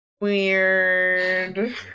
weird